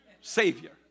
Savior